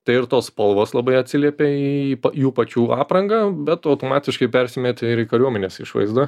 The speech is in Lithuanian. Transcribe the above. tai ir tos spalvos labai atsiliepė į jų pačių aprangą bet automatiškai persimetė ir į kariuomenės išvaizdą